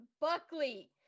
Buckley